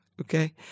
okay